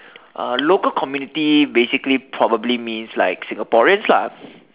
uh local community basically probably means like Singaporeans lah